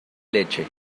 leche